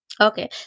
okay